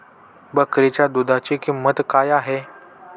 बकरीच्या दूधाची किंमत काय आहे?